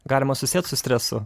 galima susieti su stresu